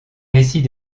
récits